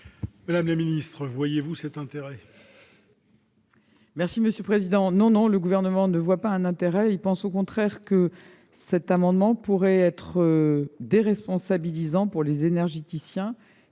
Madame la ministre, voyez-vous cet intérêt ?